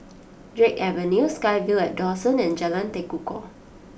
Drake Avenue SkyVille at Dawson and Jalan Tekukor